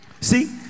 See